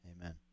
Amen